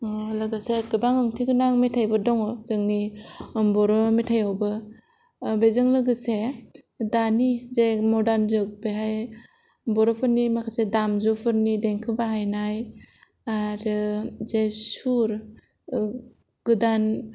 लोगोसे गोबां ओंथि गोनां मेथाइफोर दङ जोंनि बर' मेथायावबो बेजों लोगोसे दानि जे मदार्न जुग बेहाय बर'फोरनि माखासे दामजुफोरनि देंखो बाहायनाय आरो जे सुर गोदान